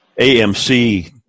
AMC